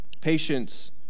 Patience